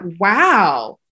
wow